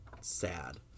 Sad